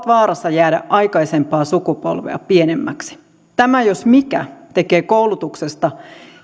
vaarassa jäädä aikaisempaa sukupolvea pienemmiksi tämä jos mikä tekee koulutuksesta